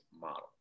model